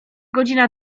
godzina